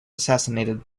assassinated